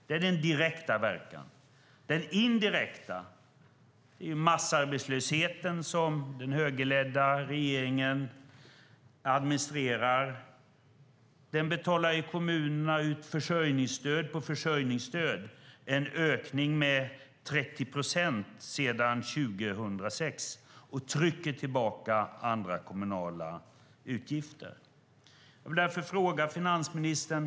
Det är den direkta verkan. Den indirekta är massarbetslösheten som den högerledda regeringen administrerar. För den betalar kommunerna ut försörjningsstöd på försörjningsstöd, och det har skett en ökning med 30 procent sedan 2006. Detta trycker tillbaka andra kommunala utgifter. Jag vill därför ställa några frågor till finansministern.